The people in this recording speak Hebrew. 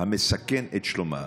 המסכן את שלומם.